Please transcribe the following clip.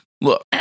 Look